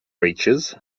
reaches